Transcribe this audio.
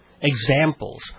examples